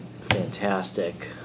fantastic